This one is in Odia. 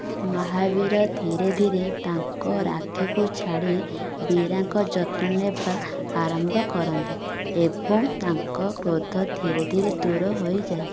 ମହାବୀର ଧୀରେ ଧୀରେ ତାଙ୍କ ରାକ୍ଷୀକୁ ଛାଡି ବୀରାଙ୍କ ଯତ୍ନ ନେବା ଆରମ୍ଭ କରନ୍ତି ଏବଂ ତାଙ୍କ କ୍ରୋଧ ଧୀରେ ଧୀରେ ଦୂର ହୋଇଯାଏ